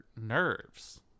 nerves